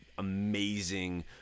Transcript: amazing